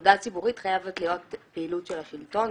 תעודה ציבורית חייבת להיות פעילות של השלטון.